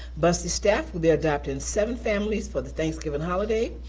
bussey staff will be adopting seven families for the thanksgiving holiday.